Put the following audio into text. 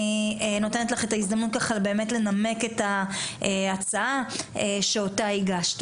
אני נותנת לך את ההזדמנות לנמק את ההצעה שאותה הגשת,